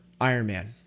Ironman